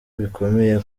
bikomeye